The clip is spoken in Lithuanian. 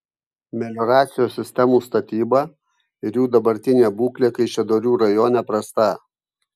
melioracijos sistemų statyba ir jų dabartinė būklė kaišiadorių rajone prasta